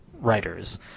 writers